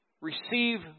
receive